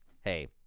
hey